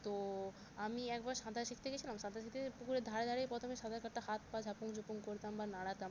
তো আমি একবার সাঁতার শিখতে গিয়েছিলাম সাঁতার শিখতে গিয়ে পুকুরের ধারে ধারেই প্রথমে সাঁতার কাটতাম হাত পা ঝাপুং ঝুপুং করতাম বা নাড়াতাম